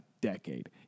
decade